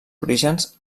orígens